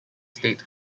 state